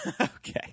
Okay